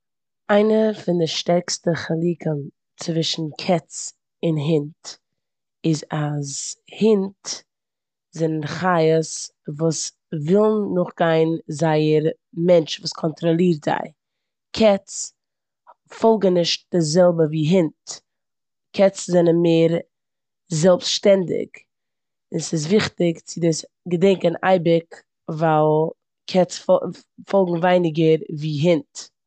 איינע פון די שטערקסטע חילוקים צווישן קעץ און הונט איז אז הונט זענען חיות וואס ווילן נאכגיין זייער מענטש וואס קאנטראלירט זיי. קעץ פאלגען נישט די זעלבע ווי הונט. קעץ זענען מער זעלבסט-שטענדיג. און ס'איז וויכטיג צו דאס געדענקען אייביג ווייל קעץ פאל- פאלגן ווייניגער ווי הונט.